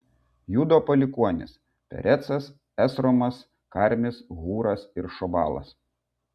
judo palikuonys perecas esromas karmis hūras ir šobalas